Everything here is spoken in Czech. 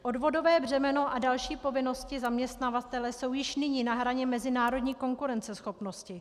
Odvodové břemeno a další povinnosti zaměstnavatele jsou již nyní na hraně mezinárodní konkurenceschopnosti.